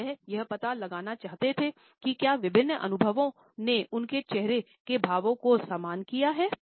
और वह यह पता लगाना चाहते थे कि क्या विभिन्न अनुभवों ने उनके चेहरे के भावों को समान किया हैं